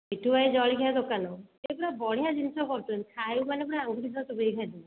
ମିଟୁ ଭାଇ ଜଳଖିଆ ଦୋକାନ ସେ ପୁରା ବଢ଼ିଆ ଜିନିଷ କରୁଛନ୍ତି ଖାଇବୁ ମାନେ ଆଙ୍ଗୁଠି ସହ ଚୋବେଇକି ଖାଇଦେବୁ